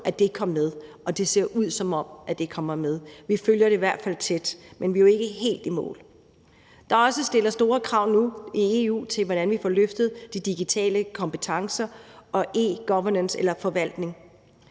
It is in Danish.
på kom med, og det ser ud, som om det kommer med. Vi følger det i hvert fald tæt, men vi er jo ikke helt i mål. Det stiller også store krav nu i EU til, hvordan vi får løftet de digitale kompetencer og e-governance eller -forvaltning.